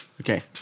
Okay